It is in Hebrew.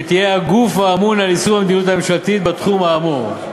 שתהיה הגוף האמון על יישום המדיניות הממשלתית בתחום האמור,